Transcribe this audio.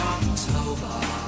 October